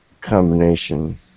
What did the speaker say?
combination